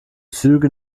züge